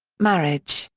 marriage,